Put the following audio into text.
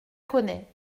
connais